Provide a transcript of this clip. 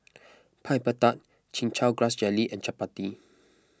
Piper Tart Chin Chow Grass Jelly and Chappati